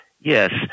yes